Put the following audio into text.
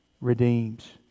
redeems